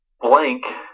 Blank